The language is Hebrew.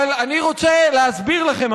אני רוצה להסביר לכם,